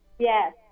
Yes